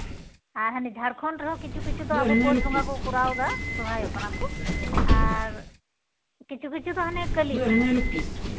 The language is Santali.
ᱟᱨ ᱦᱟᱱᱮ ᱡᱷᱟᱲᱠᱷᱚᱸᱰ ᱨᱮᱦᱚᱸ ᱠᱤᱪᱷᱩ ᱠᱤᱪᱷᱩ ᱫᱚ ᱟᱵᱚ ᱯᱳᱥ ᱵᱚᱸᱜᱟ ᱠᱚ ᱠᱚᱨᱟᱣᱫᱟ ᱥᱚᱨᱦᱟᱭᱚᱜ ᱠᱟᱱᱟ ᱠᱚ ᱟᱨ ᱠᱤᱪᱷᱩ ᱠᱤᱪᱷᱩ ᱫᱚ ᱠᱟᱹᱞᱤ ᱥᱚᱢᱚᱭ